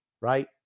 right